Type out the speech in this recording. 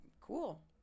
cool